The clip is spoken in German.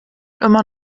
immer